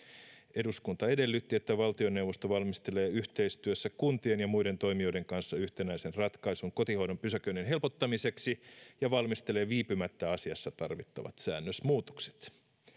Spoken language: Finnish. eduskunta edellytti että valtioneuvosto valmistelee yhteistyössä kuntien ja muiden toimijoiden kanssa yhtenäisen ratkaisun kotihoidon pysäköinnin helpottamiseksi ja valmistelee viipymättä asiassa tarvittavat säännösmuutokset